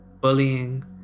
bullying